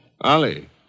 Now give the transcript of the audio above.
Ali